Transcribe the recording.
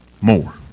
more